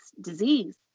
disease